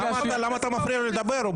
למה אתה מפריע לו לדבר?